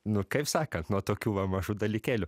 nu kaip sakan nuo tokių va mažų dalykėlių